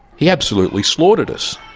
he absolutely slaughtered us.